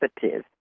positive